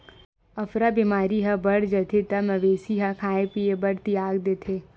अफरा बेमारी ह बाड़ जाथे त मवेशी ह खाए पिए बर तियाग देथे